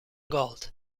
gold